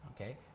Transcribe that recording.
Okay